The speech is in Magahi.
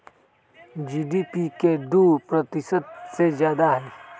जी.डी.पी के दु प्रतिशत से जादा हई